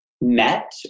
met